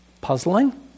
puzzling